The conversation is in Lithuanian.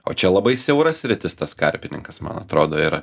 o čia labai siaura sritis tas karpininkas man atrodo yra